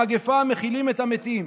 במגפה מכילים את המתים.